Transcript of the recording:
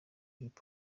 hip